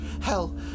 Hell